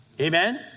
Amen